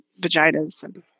vaginas